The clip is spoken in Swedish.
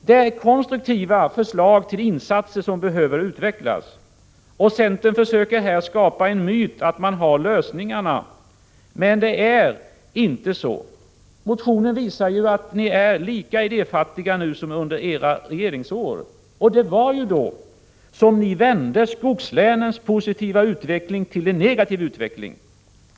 Det är konstruktiva förslag till insatser som behöver utvecklas. Centern försöker här skapa en myt att de har lösningarna. Men det är inte så. Er motion visar att ni är lika idéfattiga nu som under era regeringsår. Det var ju då som ni vände skogslänens positiva utveckling till en negativ utveckling.